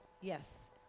Yes